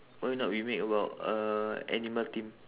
why not we make about uh animal theme